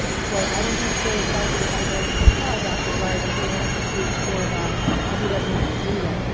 so i don't think it's very effective if i go and tell dr. grider he has to teach origami, if he doesn't know how to do that.